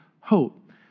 hope